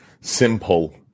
simple